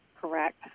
Correct